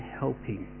helping